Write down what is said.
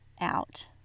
out